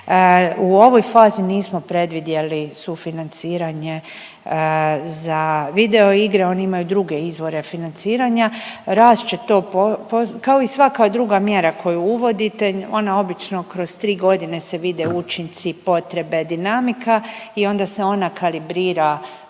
U ovoj fazi nismo predvidjeli sufinanciranje za video igre. Oni imaju druge izvore financiranja. Rast će to kao i svaka druga mjera koju uvodite, ona obično kroz tri godine se vide učinci potrebe dinamika i onda se ona kalibrira